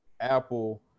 Apple